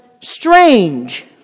strange